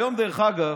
היום, דרך אגב,